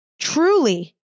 Truly